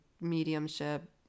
mediumship